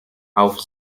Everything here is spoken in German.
auf